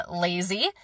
lazy